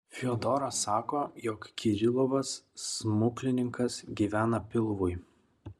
fiodoras sako jog kirilovas smuklininkas gyvena pilvui